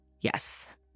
Yes